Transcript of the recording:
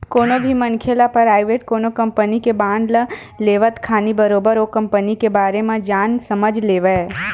कोनो भी मनखे ल पराइवेट कोनो कंपनी के बांड ल लेवत खानी बरोबर ओ कंपनी के बारे म जान समझ लेवय